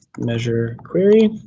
measure query.